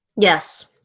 yes